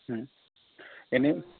এনেই